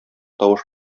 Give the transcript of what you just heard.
тавыш